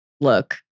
look